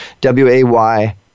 W-A-Y